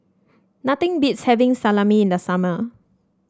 nothing beats having Salami in the summer